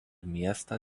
miestą